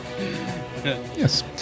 Yes